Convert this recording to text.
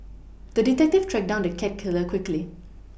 the detective tracked down the cat killer quickly